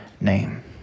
name